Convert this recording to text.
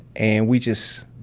and we just,